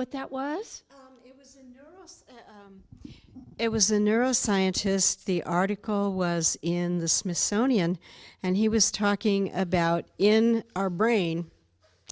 what that was it was a neuroscientist the article was in the smithsonian and he was talking about in our brain